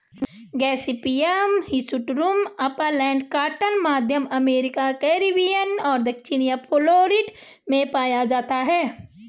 Gossypium hirsutum upland cotton, मध्य America, Caribbean और दक्षिणी फ्लोरिडा में पाया जाता है